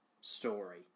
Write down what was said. story